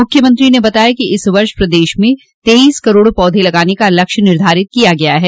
मुख्यमंत्री न बताया कि इस वर्ष प्रदेश में तेईस करोड़ पौधे लगाने का लक्ष्य निर्धारित किया गया है